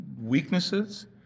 weaknesses